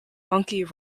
monkey